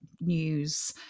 news